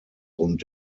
und